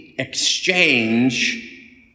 Exchange